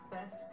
Best